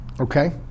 Okay